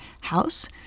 house